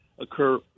occur